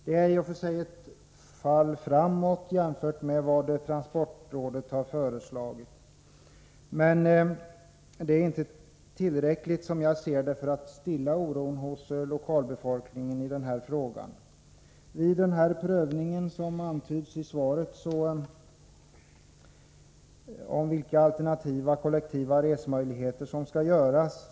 Det är i och för sig ett steg i rätt riktning jämfört med vad transportrådet har föreslagit. Men det är inte tillräckligt, som jag ser det, för att stilla oron hos lokalbefolkningen. Det sägs i svaret att en prövning av alternativa kollektiva resemöjligheter kommer att ske.